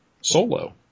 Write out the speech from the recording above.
solo